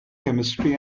chemistry